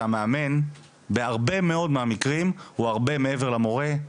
שהמאמן בהרבה מאוד מהמקרים הוא הרבה מעבר למורה.